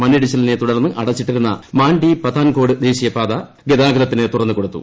മണ്ണിടിച്ചിലിനെ തുടർന്ന് അടച്ചിട്ടിരുന്ന മാണ്ഡി പത്താൻകോട് ദേശീയപാത ഗതാതത്തിന് തുറന്നു കൊടുത്തു